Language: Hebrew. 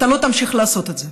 אתה לא תמשיך לעשות את זה.